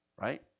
Right